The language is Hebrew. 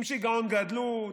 עם שיגעון גדלות,